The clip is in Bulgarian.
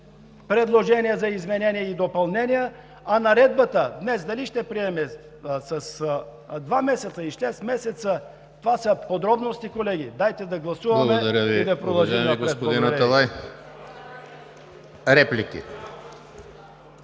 предложение за изменение и допълнение, а наредбата днес дали ще я приемем с два месеца или с шест месеца, това са подробности, колеги. Дайте да гласуваме и да продължим напред!